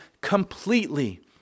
completely